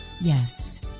Yes